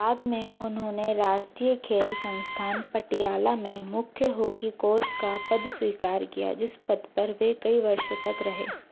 बाद में उन्होंने राष्ट्रीय खेल संस्थान पटियाला में मुख्य हॉकी कोच का पद स्वीकार किया जिस पद पर वे कई वर्षों तक रहे